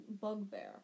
bugbear